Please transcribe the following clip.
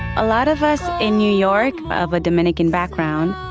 a lot of us in new york of a dominican background,